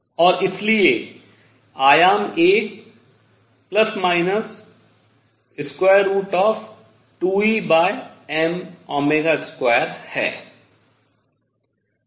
और इसलिए आयाम A ±√ है